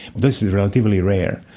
this is relatively rare.